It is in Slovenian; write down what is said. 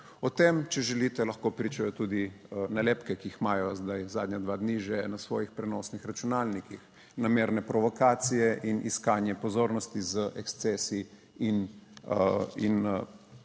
O tem, če želite, lahko pričajo tudi nalepke, ki jih imajo zdaj zadnja dva dni že na svojih prenosnih računalnikih. Namerne provokacije in iskanje pozornosti z ekscesi in iskanjem